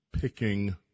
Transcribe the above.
picking